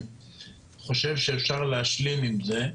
חושב שאפשר להשלים עם זה.